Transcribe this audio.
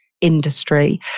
industry